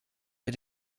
wir